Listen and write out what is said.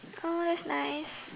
oh that's nice